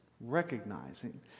recognizing